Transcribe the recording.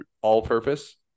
all-purpose